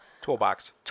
toolbox